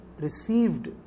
received